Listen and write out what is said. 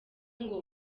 ngo